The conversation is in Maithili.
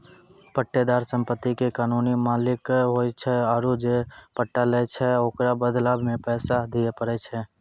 पट्टेदार सम्पति के कानूनी मालिक होय छै आरु जे पट्टा लै छै ओकरो बदला मे पैसा दिये पड़ै छै